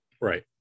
right